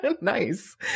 Nice